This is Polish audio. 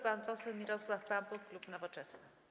Pan poseł Mirosław Pampuch, klub Nowoczesna.